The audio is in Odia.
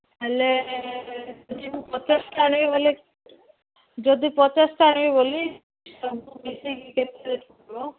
ତା'ହେଲେ ଦିନକୁ ପଚାଶଟା ଆଣିବେ ବୋଲେ ଯଦି ପଚାଶଟା ଆଣିବି ବୋଲି ସବୁ ମିଶିକି କେତେ ହେବ